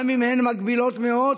גם אם הן מגבילות מאוד,